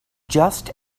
just